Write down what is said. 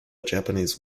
japanese